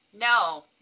no